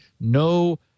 no